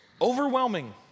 Overwhelming